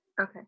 Okay